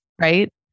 Right